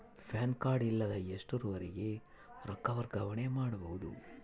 PAN card ಇಲ್ಲದ ಎಷ್ಟರವರೆಗೂ ರೊಕ್ಕ ವರ್ಗಾವಣೆ ಮಾಡಬಹುದು?